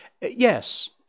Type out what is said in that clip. Yes